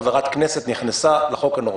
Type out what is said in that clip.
חברת כנסת נכנסה בחוק הנורווגי.